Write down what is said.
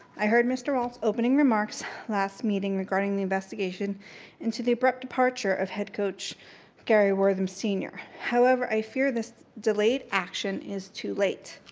i heard mr. walts's opening remarks last meeting regarding the investigation into the abrupt departure of head coach gary wortham, sr. however, i fear this delayed action is too late.